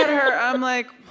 her i'm like,